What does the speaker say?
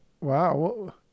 Wow